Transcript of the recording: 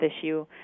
issue